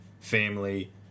family